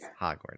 Hogwarts